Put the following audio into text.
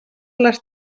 les